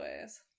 ways